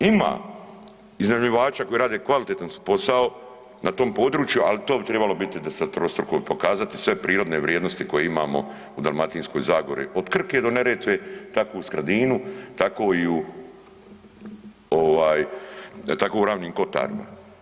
Ima iznajmljivača koji rade kvalitetan posao na tom području, ali to bi trebalo biti desetrostruko, pokazati sve prirodne vrijednosti koje imamo u Dalmatinskoj zagori, od Krke do Neretve, tako i u Skradinu, tako i u ovaj tako u Ravnim kotarima.